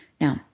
Now